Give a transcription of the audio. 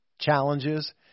challenges